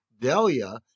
Delia